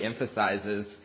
emphasizes